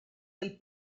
del